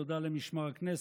תודה למשמר הכנסת,